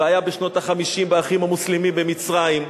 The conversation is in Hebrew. והיה בשנות ה-50 ב"אחים המוסלמים" במצרים,